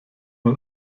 mal